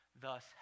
thus